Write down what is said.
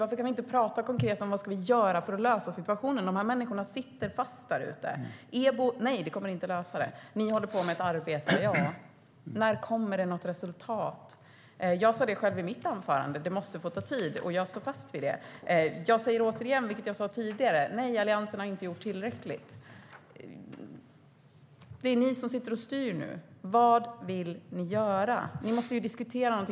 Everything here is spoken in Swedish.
Varför kan vi inte prata konkret om vad vi ska göra för att lösa situationen? De här människorna sitter fast där ute. Jag säger återigen det jag sa tidigare: Nej, Alliansen har inte gjort tillräckligt. Men det är ni som sitter och styr nu. Vad vill ni göra? Ni måste ju diskutera.